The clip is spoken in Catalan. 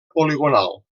poligonal